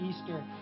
Easter